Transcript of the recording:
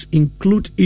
include